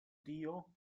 tío